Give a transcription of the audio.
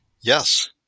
Yes